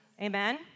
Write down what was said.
Amen